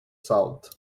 salt